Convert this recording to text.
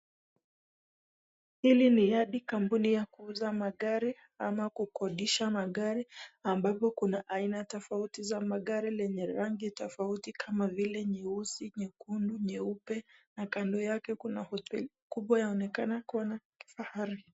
Hili ni yadi, kampuni ya kuuza magari ama kukodisha magari ambavyo kuna haina tofauti za magari yenye rangi tofauti kama vile nyeusi, nyekundu, nyeupe na kando yake kuna hoteli kumbwa yaonekana ya kifahari.